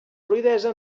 fluïdesa